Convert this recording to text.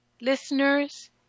listeners